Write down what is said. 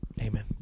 amen